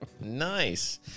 Nice